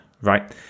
right